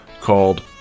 called